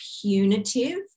punitive